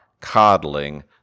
coddling